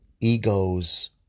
egos